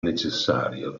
necessario